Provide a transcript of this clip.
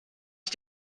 ich